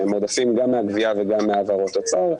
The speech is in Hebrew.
שהם עודפים גם מהגבייה וגם מהעברות הוצאות,